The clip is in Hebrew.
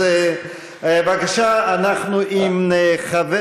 אז בבקשה, אנחנו עם חבר,